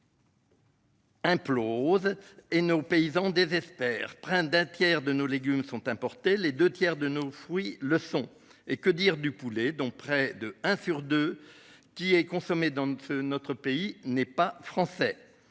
Implose. Et nos paysans désespère près d'un tiers de nos légumes sont importés. Les 2 tiers de nos fruits le son. Et que dire du poulet, dont près de un sur 2 qui est consommée dans notre pays n'est pas français